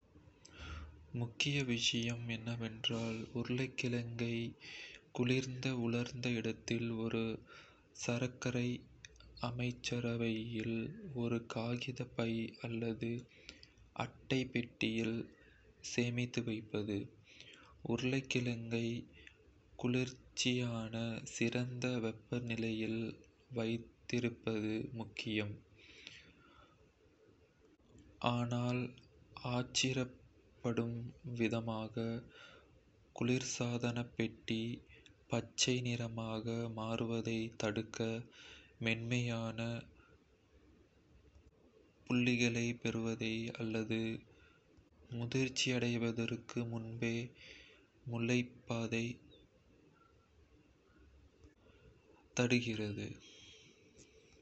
முக்கிய விஷயம் என்னவென்றால், உருளைக்கிழங்கை குளிர்ந்த உலர்ந்த இடத்தில், ஒரு சரக்கறை அமைச்சரவையில், ஒரு காகித பை அல்லது அட்டை பெட்டியில் சேமித்து வைப்பது. உருளைக்கிழங்கை குளிர்ச்சியான, சிறந்த வெப்பநிலையில் வைத்திருப்பது முக்கியம் ஆனால், ஆச்சரியப்படும் விதமாக, குளிர்சாதனப்பெட்டி பச்சை நிறமாக மாறுவதைத் தடுக்க, மென்மையான புள்ளிகளைப் பெறுவதை அல்லது முதிர்ச்சியடைவதற்கு முன்பே முளைப்பதைத் தடுக்கிறது.